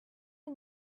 was